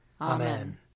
Amen